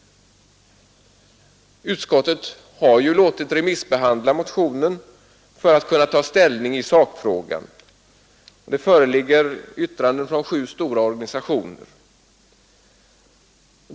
Utskottet har ju låtit remissbehandla motionen för att kunna ta ställning i sakfrågan, och det föreligger yttranden från sju stora organisationer.